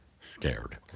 scared